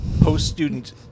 post-student